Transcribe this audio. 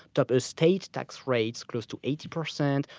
top estate tax rates close to eighty percent,